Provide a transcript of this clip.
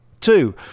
Two